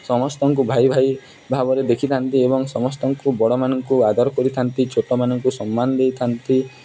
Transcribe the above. ସମସ୍ତଙ୍କୁ ଭାଇ ଭାଇ ଭାବରେ ଦେଖିଥାନ୍ତି ଏବଂ ସମସ୍ତଙ୍କୁ ବଡ଼ମାନଙ୍କୁ ଆଦର କରିଥାନ୍ତି ଛୋଟମାନଙ୍କୁ ସମ୍ମାନ ଦେଇଥାନ୍ତି